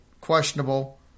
questionable